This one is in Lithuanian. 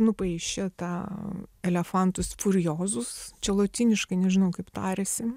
nupaišė tą elefantus furiozus čia lotyniškai nežinau kaip tariasi